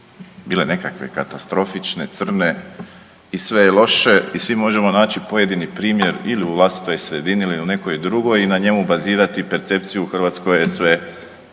bile nekakve katastrofične, crne i sve je loše i svi možemo naći pojedini primjer ili u vlastitoj sredini ili u nekoj drugoj i na njemu bazirati percepciju u Hrvatskoj je